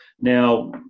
Now